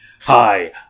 hi